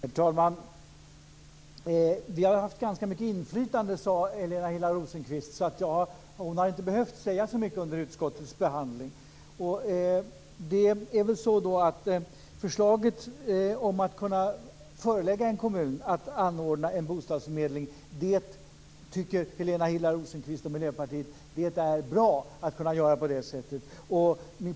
Herr talman! Vi har haft mycket inflytande, så jag har inte behövt säga så mycket under utskottets behandling, sade Helena Hillar Rosenqvist. Det är väl så då att Helena Hillar Rosenqvist och Miljöpartiet tycker att det är ett bra förslag att man ska kunna förelägga en kommun att anordna en bostadsförmedling.